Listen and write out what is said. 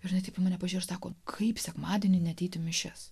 ir jinai taip į mane pasižiūrėjo ir sako kaip sekmadienį neateit į mišias